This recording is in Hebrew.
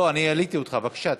לא, אני העליתי אותך, תדבר.